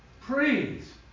praise